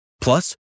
Plus